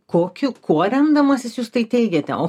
kokiu kuo remdamasis jūs tai teigiate o